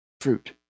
fruit